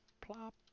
Plop